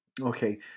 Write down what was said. Okay